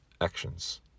actions